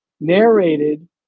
narrated